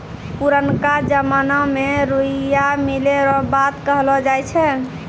पुरनका जमाना मे रुइया मिलै रो बात कहलौ जाय छै